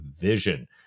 vision